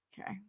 Okay